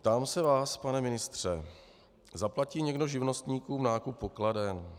Ptám se vás, pane ministře: Zaplatí někdo živnostníkům nákup pokladen?